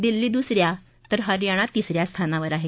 दिल्ली दुस या तर हरीयाणा तिस या स्थानावर आहे